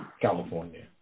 California